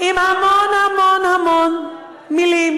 עם המון המון המון מילים,